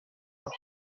lors